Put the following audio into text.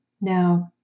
Now